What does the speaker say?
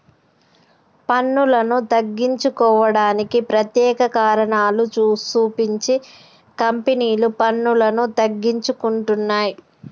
పన్నులను తగ్గించుకోవడానికి ప్రత్యేక కారణాలు సూపించి కంపెనీలు పన్నులను తగ్గించుకుంటున్నయ్